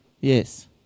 Yes